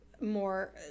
more